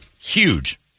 huge